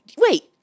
Wait